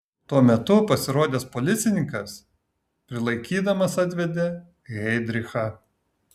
tuo metu pasirodęs policininkas prilaikydamas atveda heidrichą